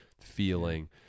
feeling